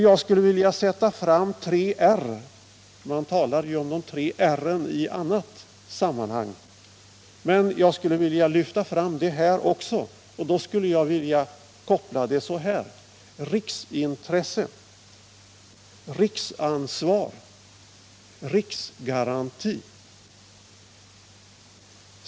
Jag skulle vilja tala om tre ”r”. Man talar ju om de tre r:n i annat sammanhang, men jag skulle vilja använda mig av dem även här. Jag vill göra denna koppling: riksintresse, riksansvar, riksgaranti.